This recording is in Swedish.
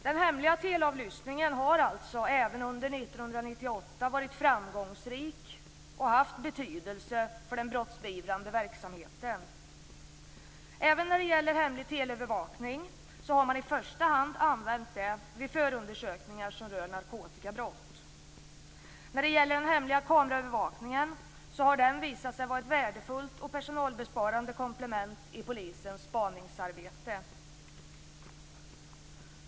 Den hemliga teleavlyssningen har alltså även under 1998 varit framgångsrik och haft betydelse för den brottsbeivrande verksamheten. Man har även använt hemlig teleövervakning i första hand vid förundersökningar som rör narkotikabrott. Den hemliga kameraövervakningen har visat sig vara ett värdefullt och personalbesparande komplement i polisens spaningsarbete.